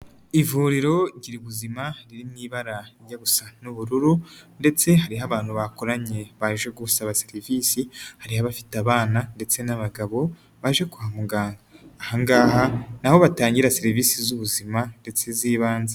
Ivuriro Girabuzima riri mu ibara rijya gusa n'ubururu ndetse hariho abantu bakoranye baje gusaba serivisi, hariyo abafite abana ndetse n'abagabo baje kwa muganga, aha ngaha ni aho batangira serivisi z'ubuzima ndetse z'ibanze.